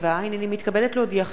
כי הונחו היום על שולחן הכנסת,